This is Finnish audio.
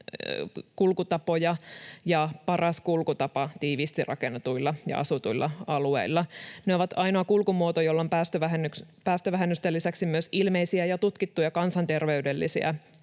kulkutapoja ja paras kulkutapa tiiviisti rakennetuilla ja asutuilla alueilla. Ne ovat ainoa kulkumuoto, joilla on päästövähennysten lisäksi myös ilmeisiä ja tutkittuja kansanterveydellisiä